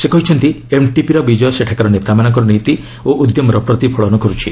ସେ କହିଛନ୍ତି ଏମ୍ଟିପି ର ବିଜୟ ସେଠାକାର ନେତାମାନଙ୍କର ନୀତି ଓ ଉଦ୍ୟମର ପ୍ରତିଫଳନ କରୁଛି